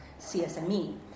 CSME